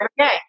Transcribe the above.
Okay